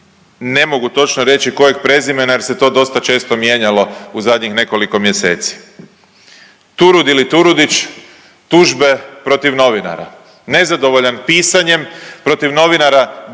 ne mogu točno reći kojeg prezimena jer se to dosta često mijenjalo u zadnjih nekoliko mjeseci. Turud ili Turudić tužbe protiv novinara, nezadovoljan pisanjem protiv novinara